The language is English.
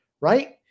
right